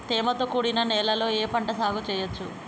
తేమతో కూడిన నేలలో ఏ పంట సాగు చేయచ్చు?